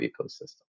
ecosystem